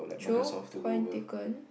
true point taken